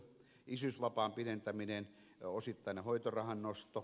isyysvapaan pidentäminen osittainen hoitorahan nosto